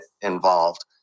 involved